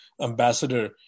ambassador